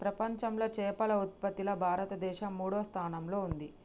ప్రపంచంలా చేపల ఉత్పత్తిలా భారతదేశం మూడో స్థానంలా ఉంది